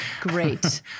Great